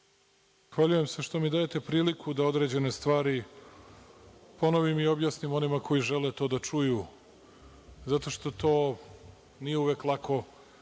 Zahvaljujem se što mi dajete priliku da određene stvari ponovim i objasnim onima koji žele to da čuju zato što to nije uvek lako